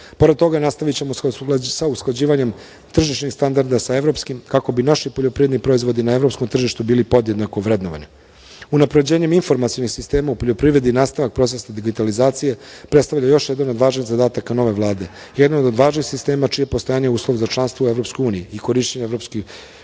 Pored toga, nastavićemo sa usklađivanjem tržišnih standarda sa evropskim, kako bi naši poljoprivredni proizvodi na evropskom tržištu bili podjednako vrednovani. Unapređenje informacionih sistema u poljoprivredi i nastavak procesa digitalizacije predstavlja još jedan od važnih zadataka nove Vlade, jedan od važnih sistema čije postojanje je uslov za članstvo u Evropskoj uniji i korišćenje fondova